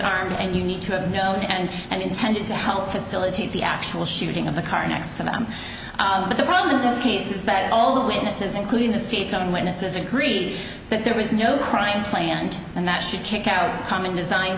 harmed and you need to have known and and intended to help facilitate the actual shooting of the car next to them but the problem in this case is that all the witnesses including the seat some witnesses agreed that there was no crime planned and that she kicked out common design